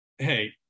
hey